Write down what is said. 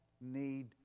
need